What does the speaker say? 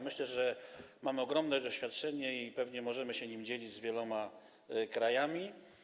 Myślę, że mamy ogromne doświadczenie i pewnie możemy się nim dzielić z wieloma krajami.